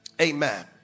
Amen